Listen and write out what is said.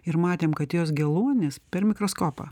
ir matėm kad jos geluonis per mikroskopą